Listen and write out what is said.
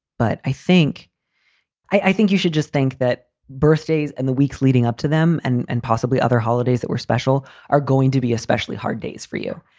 but i think i think you should just think that birthdays and the weeks leading up to them and and possibly other holidays that were special are going to be especially hard days for you.